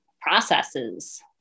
processes